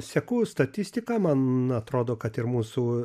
seku statistiką man atrodo kad ir mūsų